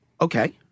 Okay